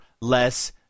Less